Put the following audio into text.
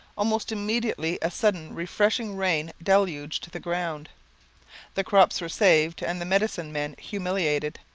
almost immediately a sudden refreshing rain deluged the ground the crops were saved and the medicine-men humiliated.